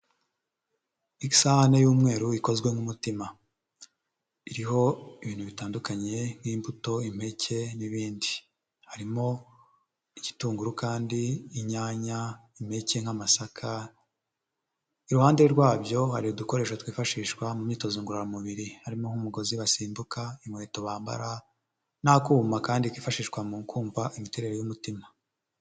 Isahane y'umweru ikozwe nk'umutima, iriho ibintu bitandukanye nk'imbuto, impeke n'ibindi, harimo igitunguru kandi inyanya, impeke nk'amasaka, iruhande rwabyo hari udukoresho twifashishwa mu myitozo ngororamubiri, harimo nk'umugozi basimbuka, inkweto bambara n'akuma kandi kifashishwa mu kumva imiterere y'umutima.